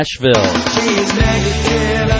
Nashville